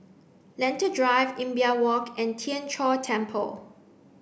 Lentor Drive Imbiah Walk and Tien Chor Temple